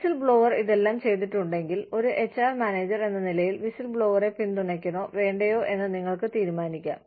whistleblower ഇതെല്ലാം ചെയ്തിട്ടുണ്ടെങ്കിൽ ഒരു എച്ച്ആർ മാനേജർ എന്ന നിലയിൽ വിസിൽബ്ലോവറെ പിന്തുണയ്ക്കണോ വേണ്ടയോ എന്ന് നിങ്ങൾക്ക് തീരുമാനിക്കാം